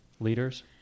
Leaders